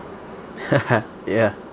ya